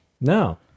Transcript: No